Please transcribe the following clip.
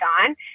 on